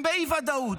הם באי-ודאות.